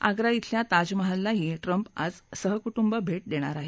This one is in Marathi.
आग्रा शिल्या ताजमहललाही ट्रम्प आज सहकुटुंब भेट देणार आहेत